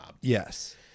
yes